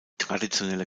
traditionelle